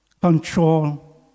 control